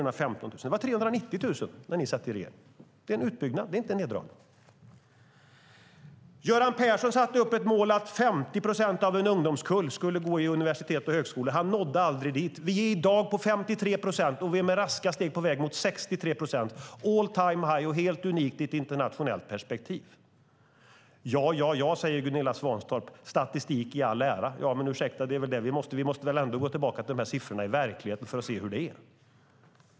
Det var 390 000 studenter när ni satt i regeringen. Det är en utbyggnad, inte en neddragning. Göran Persson satte upp målet att 50 procent av en ungdomskull skulle gå på universitet eller högskola. Han nådde aldrig dit. Vi är i dag på 53 procent, och vi är med raska steg på väg mot 63 procent, all-time-high och helt unikt i ett internationellt perspektiv. Ja, ja, säger Gunilla Svantorp, statistik i all ära! Ja, men ursäkta, vi måste väl ändå gå tillbaka till de här siffrorna i verkligheten för att se hur det är.